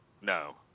No